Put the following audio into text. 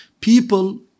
people